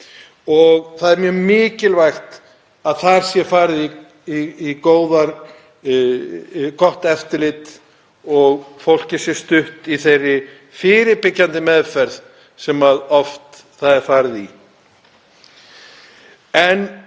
og það er mjög mikilvægt að þar sé farið í gott eftirlit og fólkið sé stutt í þeirri fyrirbyggjandi meðferð sem oft er farið í.